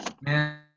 man